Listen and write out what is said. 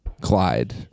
clyde